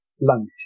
lunch